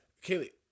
Kaylee